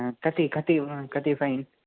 कति कति कति फ़ैन्